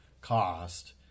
cost